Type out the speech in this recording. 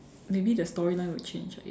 maybe the storyline will change I think